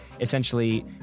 essentially